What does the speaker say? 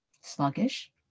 sluggish